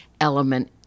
element